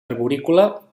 arborícola